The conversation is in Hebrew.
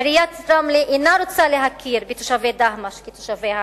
עיריית רמלה אינה רוצה להכיר בתושבי דהמש כתושבי העיר.